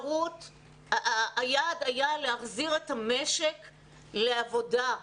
היעד היה להחזיר את המשק לעבודה.